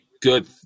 good